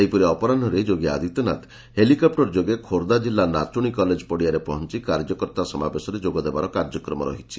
ସେହିପରି ଅପରାହ୍ବରେ ଯୋଗୀ ଆଦିତ୍ୟନାଥ ହେଲିକପୁର ଯୋଗେ ଖୋର୍ବ୍ଧା ଜିଲ୍ଲା ନାଚୁଶି କଲେଜ ପଡ଼ିଆରେ ପହଞ୍ କାର୍ଯ୍ୟକର୍ତ୍ତା ସମାବେଶରେ ଯୋଗ ଦେବାର କାର୍ଯ୍ୟକ୍ରମ ରହିଛି